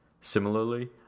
Similarly